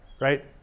Right